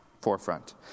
forefront